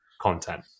content